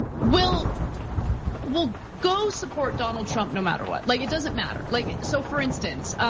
will will go support donald trump no matter what. like it doesn't matter. like so for instance,